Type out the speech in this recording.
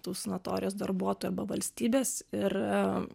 tų sanatorijos darbuotojų valstybės ir